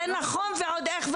זה נכון ועוד איך,